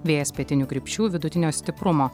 vėjas pietinių krypčių vidutinio stiprumo